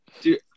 Dude